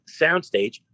soundstage